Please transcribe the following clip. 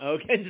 Okay